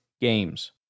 games